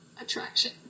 attraction